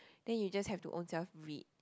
then you just have to own self read